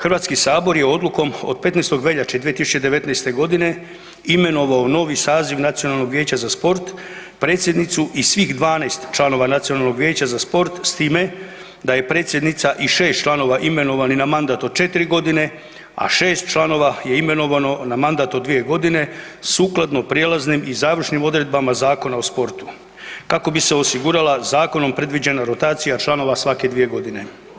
Hrvatski sabor je odlukom od 15. veljače 2019. godine imenovao novi saziv Nacionalnog vijeća za sport predsjednicu i svih 12 članova Nacionalnog vijeća za sport s time da je predsjednica i 6 članova imenovani na mandat od 4 godine, a 6 članova je imenovano na mandat od 2 godine sukladno prijelaznim i završnim odredbama Zakona o sportu kako bi se osigurala zakonom predviđena rotacija članova svake 2 godine.